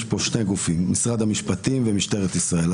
יש פה שני גופים: משרד המשפטים ומשטרת ישראל.